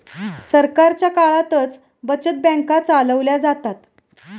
सरकारच्या काळातच बचत बँका चालवल्या जातात